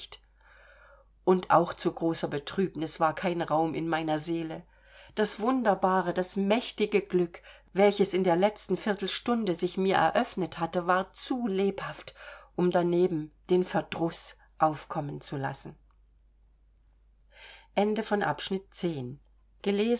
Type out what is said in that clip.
und auch zu großer betrübnis war kein raum in meiner seele das wunderbare das mächtige glück welches in der letzten viertelstunde sich mir eröffnet hatte war zu lebhaft um daneben den verdruß aufkommen zu lassen